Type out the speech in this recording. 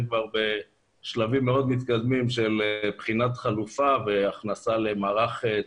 כבר בשלבים מאוד מתקדמים של בחינת חלופה והכנסה למערך תכנוני.